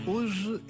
Hoje